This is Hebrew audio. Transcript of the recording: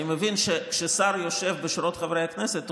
אני מבין שכאשר שר יושב בשורות חברי הכנסת הוא